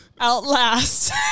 Outlast